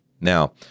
Now